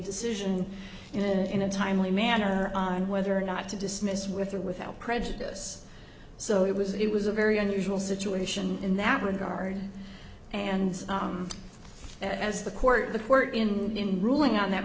decision in a timely manner on whether or not to dismiss with or without prejudice so it was it was a very unusual situation in that regard and as the court the court in ruling on that